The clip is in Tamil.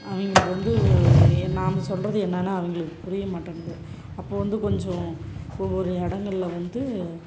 அவங்களுக்கு வந்து ஏ நாம் சொல்கிறது என்னன்னா அவங்களுக்கு புரிய மாட்டேங்குறது அப்போ வந்து கொஞ்சம் ஒவ்வொரு இடங்கள்ல வந்து